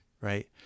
Right